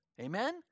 Amen